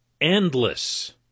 endless